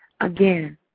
Again